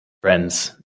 friends